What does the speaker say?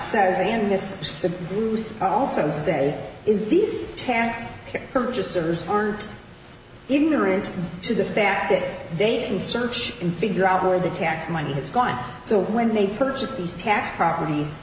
subdues also say is these tax purchasers aren't ignorant to the fact that they can search and figure out where the tax money has gone so when they purchased these tax properties